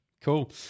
cool